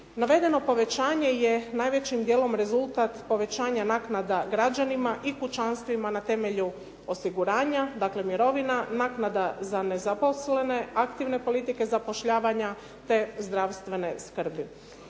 Navedeno povećanje je najvećim dijelom rezultat povećanjem naknada građanima i kućanstvima na temelju osiguranja, dakle mirovina, naknada za nezaposlene, aktivne politike zapošljavanja, te zdravstvene skrbi.